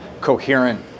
coherent